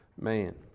man